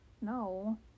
no